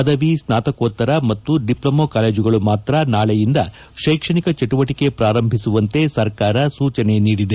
ಪದವಿ ಸ್ನಾತಕೋತ್ತರ ಮತ್ತು ದಿಪ್ಲೊಮೊ ಕಾಲೇಜುಗಳು ಮಾತ್ರ ನಾಳೆಯಿಂದ ಶೈಕ್ಷಣಿಕ ಚಟುವಟಿಕೆ ಪ್ರಾರಂಭಿಸುವಂತೆ ಸರ್ಕಾರ ಸೂಚನೆ ನೀಡಿದೆ